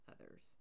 others